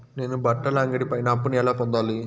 నేను బట్టల అంగడి పైన అప్పును ఎలా పొందాలి?